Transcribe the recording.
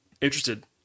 interested